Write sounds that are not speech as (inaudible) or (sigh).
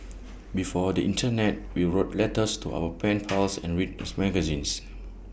before the Internet we wrote letters to our pen (noise) pals and read (noise) magazines